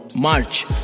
March